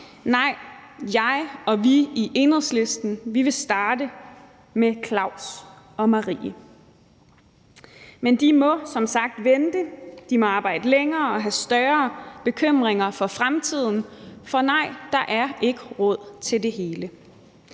Nej, jeg og vi i Enhedslisten vil starte med Claus og Marie. Men de må som sagt vente, de må arbejde længere og have større bekymringer for fremtiden, for nej, der er ikke råd til det hele.